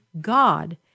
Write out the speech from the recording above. God